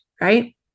right